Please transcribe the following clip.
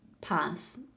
pass